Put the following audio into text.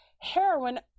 heroin